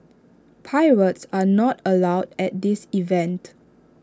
pirates are not allowed at this event